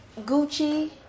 Gucci